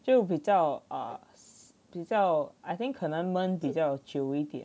就比较啊 比较 I think 可能焖比较久一点